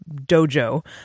dojo